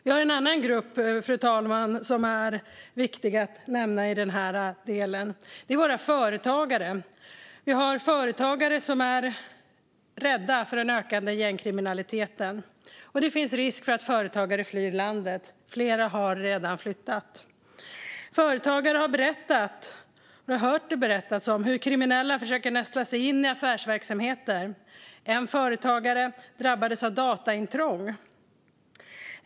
Vi har, fru talman, en annan grupp som är viktig att nämna i detta sammanhang; det är våra företagare. Vi har företagare som är rädda för den ökande gängkriminaliteten. Det finns risk för att företagare flyr landet - flera har redan flyttat. Vi har hört företagare berätta om hur kriminella försöker nästla sig in i affärsverksamheter. En företagare drabbades av ett dataintrång.